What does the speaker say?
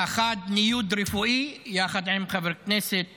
האחד, ניוד רפואי, יחד עם חבר הכנסת